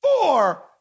four